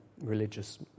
religious